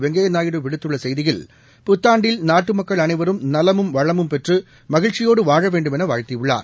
வெங்கய்யா நாயுடு விடுத்துள்ள செய்தியில் புத்தாண்டில் நாட்டு மக்கள் அனைவரும் நலமும் வளமும் பெற்று மகிழ்ச்சியோடு வாழ வேண்டுமென வாழ்த்தியுள்ளார்